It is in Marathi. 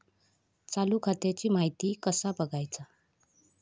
चालू खात्याची माहिती कसा बगायचा?